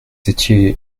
étiez